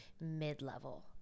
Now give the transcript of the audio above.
mid-level